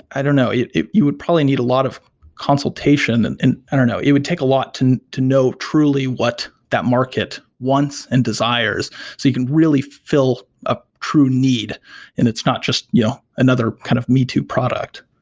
i don't know. you would probably need a lot of consultation and and i don't know, it would take a lot to to know truly what that market wants and desires so you can really fill a true need and it's not just yeah another kind of me to product.